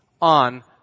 on